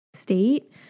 state